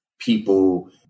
people